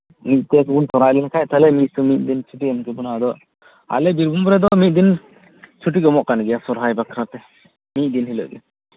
ᱢᱤᱫᱴᱷᱮᱱ ᱵᱚᱱ ᱥᱚᱨᱭᱟᱭ ᱞᱮᱱᱠᱷᱟᱡ ᱢᱤᱫᱫᱤᱱ ᱪᱷᱩᱴᱤᱭ ᱮᱢ ᱠᱮᱵᱳᱱᱟ ᱟᱫᱚ ᱟᱞᱮ ᱵᱤᱨᱵᱷᱩᱢ ᱨᱮᱫᱚ ᱢᱤᱫᱫᱤᱱ ᱪᱷᱩᱴᱤ ᱠᱚ ᱮᱢᱚᱜ ᱠᱟᱱ ᱜᱮᱭᱟ ᱥᱚᱨᱦᱟᱭ ᱵᱟᱠᱷᱨᱟᱛᱮ ᱢᱤᱫᱫᱤᱱ ᱦᱤᱞᱳᱜᱼᱜᱮ